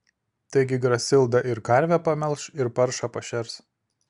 taigi grasilda ir karvę pamelš ir paršą pašers